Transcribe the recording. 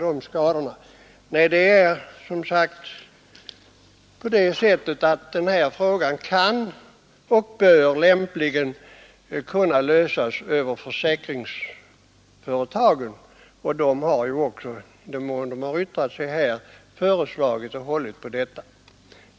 Denna fråga kan och bör lämpligen lösas via försäkringsföretagen. I den mån dessa yttrat sig i frågan har de också föreslagit detta.